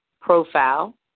profile